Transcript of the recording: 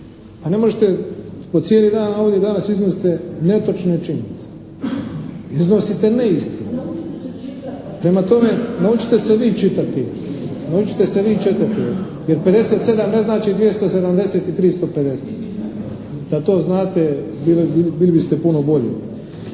A ne možete, po cijeli dan ovdje danas iznosite netočne činjenice. Iznosite neistine. … /Upadica: Pa naučite se čitat./ … Prema tome, naučite se vi čitati jer 57 ne znači 270 i 350. Da to znate bili biste puno bolji